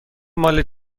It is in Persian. مال